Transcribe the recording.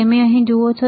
તમે અહીં શું જુઓ છો